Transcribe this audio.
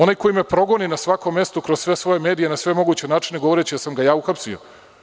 Onaj koji me progoni na svakom mestu kroz sve svoje medije na sve moguće načine, govoreći da sam ga ja uhapsio?